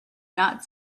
not